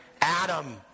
Adam